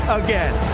again